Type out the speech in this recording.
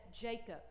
Jacob